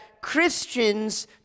Christians